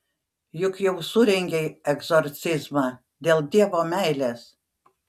juk jau surengei egzorcizmą dėl dievo meilės